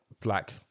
black